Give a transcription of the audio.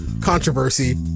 Controversy